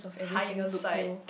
hindsight